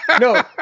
No